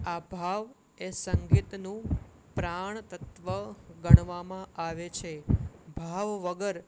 આ ભાવ એ સંગીતનું પ્રાણ તત્વ ગણવામાં આવે છે ભાવ વગર